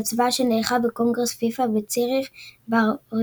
ובהצבעה שנערכה בקונגרס פיפ"א בציריך ב-4